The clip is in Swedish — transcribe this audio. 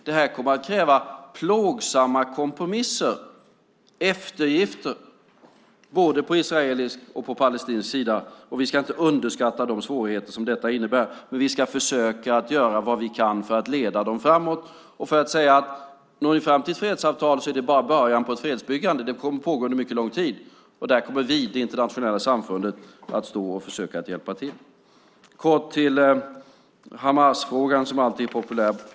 Det här kommer att kräva plågsamma kompromisser, eftergifter, både på israelisk och på palestinsk sida. Vi ska inte underskatta de svårigheter som detta innebär, men vi ska försöka göra vad vi kan för att leda dem framåt och för att säga: Når ni fram till fredsavtal är det bara början på ett fredsbyggande. Det kommer att pågå under mycket lång tid, och där kommer vi, det internationella samfundet, att försöka hjälpa till. Kort om Hamasfrågan, som alltid är populär.